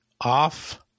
off